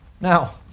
Now